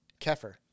Kefir